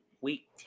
week